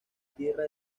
tierra